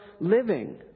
living